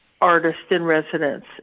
artist-in-residence